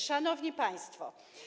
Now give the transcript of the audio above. Szanowni Państwo!